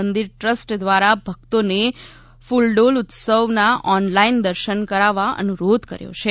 મંદિર ટ્રસ્ટ દ્વારા ભક્તોને કુલડોલ ઉત્સવના ઓનલાઈન દર્શન કરવા અનુરોધ કરાયો છે